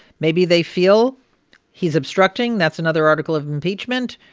maybe they feel he's obstructing. that's another article of impeachment.